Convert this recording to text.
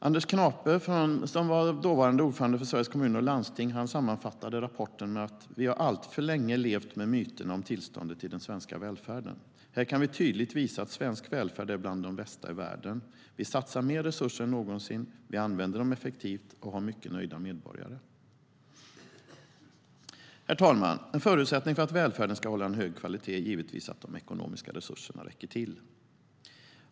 Anders Knape, dåvarande ordförande för Sveriges Kommuner och Landsting, sammanfattar rapporten med: "Vi har alltför länge levt med myterna om tillståndet i den svenska välfärden, Här kan vi tydligt visa att svensk välfärd är bland de bästa i världen; vi satsar mer resurser än någonsin, vi använder dem effektivt och har mycket nöjda medborgare." Herr talman! En förutsättning för att välfärden ska hålla en hög kvalitet är givetvis att de ekonomiska resurserna räcker till.